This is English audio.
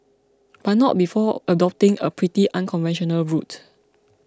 but not before adopting a pretty unconventional route